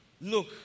look